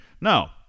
No